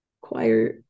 quiet